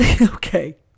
Okay